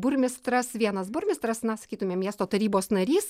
burmistras vienas burmistras na sakytumėm miesto tarybos narys